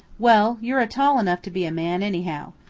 well, you're tall enough to be a man, anyhow.